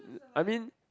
I mean